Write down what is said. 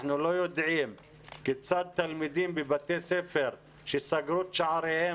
אנחנו לא יודעים כיצד תלמידים בבתי ספר שסגרו את שעריהם